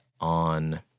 on